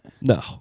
No